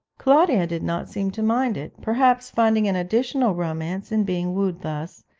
claudia did not seem to mind it, perhaps finding an additional romance in being wooed thus,